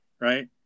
right